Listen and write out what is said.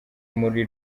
muri